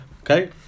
Okay